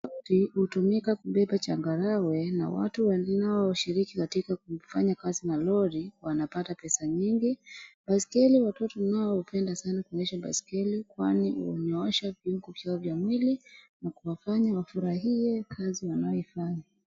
Lori hutumika kubeba changarawe, na watu wanaoshiriki katika kufanya kazi na lori wanapata pesa nyingi. Baiskeli watoto nao hupenda sana kuendesha baiskeli kwani hunyoosha viungo vyao vya mwili na kuwafanya wafurahie kazi wanayo ifanya.